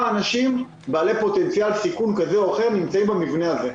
אנשים בעלי פוטנציאל סיכון כזה או אחר נמצאים במבנה הזה,